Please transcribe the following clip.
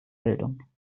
bildung